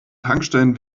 tankstellen